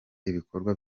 ibikorwa